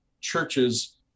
churches